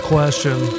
Question